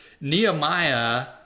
Nehemiah